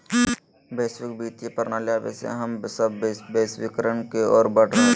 वैश्विक वित्तीय प्रणाली के आवे से हम सब वैश्वीकरण के ओर बढ़ रहलियै हें